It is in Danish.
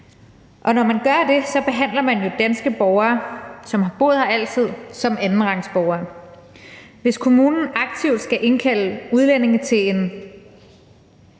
Når man gør det, behandler man jo danske borgere, som har boet her altid, som andenrangsborgere. Hvis kommunen aktivt skal indkalde udlændinge til en